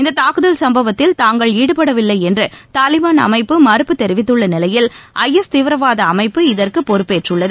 இந்த தாக்குதல் சம்பவத்தில் தாங்கள் ஈடுபடவில்லை என்று தாலிபான் அமைப்பு மறுப்பு தெரிவித்துள்ள நிலையில் ஐ எஸ் தீவிரவாத அமைப்பு இதற்கு பொறுப்பேற்றுள்ளது